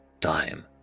time